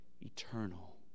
eternal